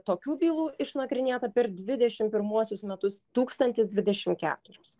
tokių bylų išnagrinėta per dvidešim pirmuosius metus tūkstantis dvidešim keturios